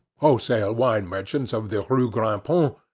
wholesale wine merchants of the rue grand-pont,